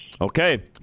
Okay